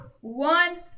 one